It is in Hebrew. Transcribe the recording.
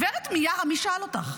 גב' מיארה, מי שאל אותך?